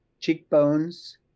cheekbones